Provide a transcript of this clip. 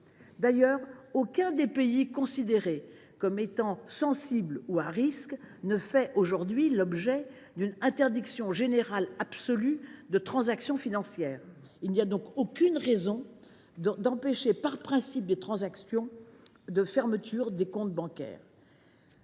D’ailleurs, aucun des pays considérés comme étant sensibles ou à risque ne fait aujourd’hui l’objet d’une interdiction générale et absolue de transactions financières. Il n’y a donc aucune raison d’empêcher, par principe, des transactions par la fermeture de comptes bancaires.